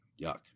Yuck